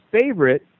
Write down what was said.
favorite